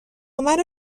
منو